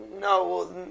No